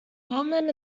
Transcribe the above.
goldman